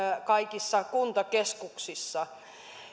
kaikissa kuntakeskuksissa